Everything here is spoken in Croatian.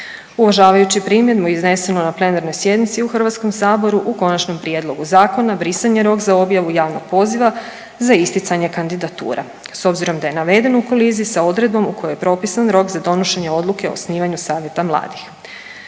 Uvažavajući primjedbu iznesenu na plenarnoj sjednici u HS-u, u konačnom prijedlogu zakona brisan je rok za objavu javnog poziva za isticanje kandidatura s obzirom da je naveden u koliziji sa odredbom u kojoj je propisan rok za donošenje odluke o osnivanju savjeta mladih.